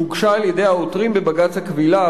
שהוגשה על-ידי העותרים בבג"ץ הכבילה,